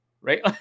right